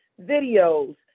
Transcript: videos